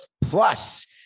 plus